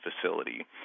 facility